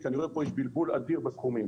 כי אני רואה שיש פה בלבול אדיר בסכומים.